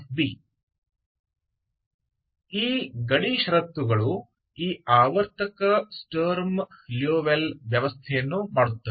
यह सीमा शर्तें इस पीरियोडिक स्टर्म लिउविल सिस्टम को बनाती है